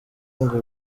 ngo